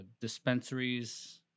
dispensaries